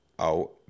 out